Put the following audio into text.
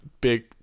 big